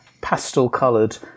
pastel-coloured